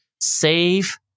save